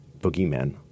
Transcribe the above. boogeyman